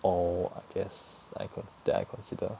all I guess I con~ that I consider